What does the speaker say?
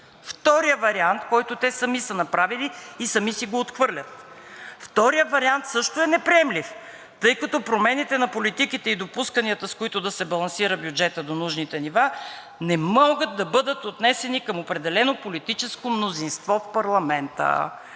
Вторият вариант, който те сами са направили и сами си го отхвърлят, също е неприемлив: „Тъй като промените на политиките и допусканията, с които да се балансира бюджетът до нужните нива, не могат да бъдат отнесени към определено политическо мнозинство в парламента.“